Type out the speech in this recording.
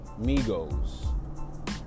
Migos